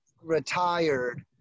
retired